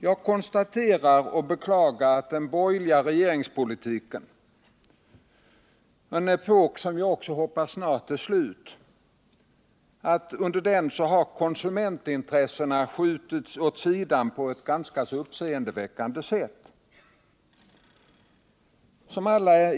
Jag beklagar att under den borgerliga regeringspolitikens tid —en epok som vi hoppas snart är slut — har konsumentintressena skjutits åt sidan på ett ganska uppseendeväckande sätt.